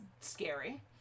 scary